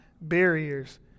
barriers